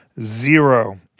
zero